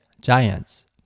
Giants